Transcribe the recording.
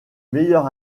meilleur